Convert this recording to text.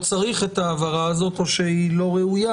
צריך את ההבהרה הזאת או שהיא לא ראויה,